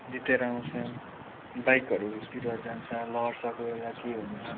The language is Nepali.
जितेर आउँछ बाइकहरूतिर जान्छ लड्छ कोही बेला के हुन्छ